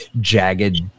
jagged